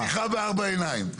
זה לשיחה בארבע עיניים.